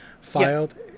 filed